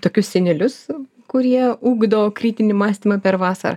tokius senelius kurie ugdo kritinį mąstymą per vasarą